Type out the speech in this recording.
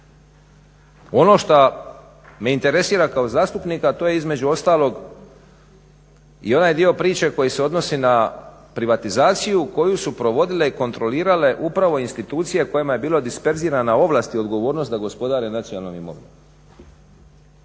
Ono što me interesira kao zastupnika, a to je između ostalog i onaj dio priče koji se odnosi na privatizaciju koju su provodile i kontrolirale upravo institucije u kojima je bilo disperzirana ovlast i odgovornost da gospodare nacionalnom imovinom,